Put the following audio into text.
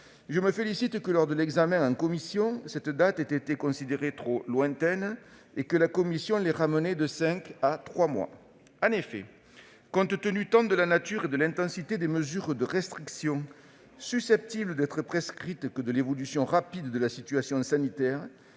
je me félicite de ce que, lors de l'examen en commission, cette date ait été considérée trop lointaine et que la commission ait ramené la durée de prolongation de cinq à trois mois. En effet, compte tenu tant de la nature et de l'intensité des mesures de restrictions susceptibles d'être prescrites que de l'évolution rapide de la situation sanitaire,